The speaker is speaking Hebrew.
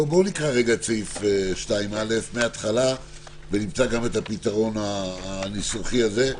בואו נקרא את סעיף 2(א) מהתחלה ונמצא גם את הפתרון הניסוחי הזה.